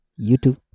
YouTube